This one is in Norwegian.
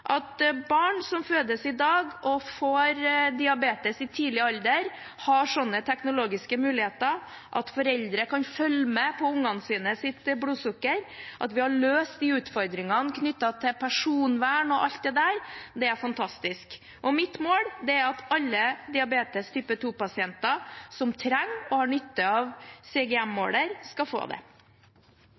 At barn som fødes i dag og får diabetes i tidlig alder, har slike teknologiske muligheter – at foreldre kan følge med på barnas blodsukker, at vi har løst utfordringene knyttet til personvern og alt det der – er fantastisk. Mitt mål er at alle pasienter med diabetes type 2 som trenger og har nytte av CGM-måler, skal få det.